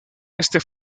este